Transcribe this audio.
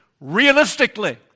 realistically